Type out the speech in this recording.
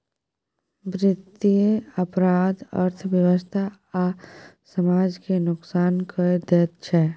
बित्तीय अपराध अर्थव्यवस्था आ समाज केँ नोकसान कए दैत छै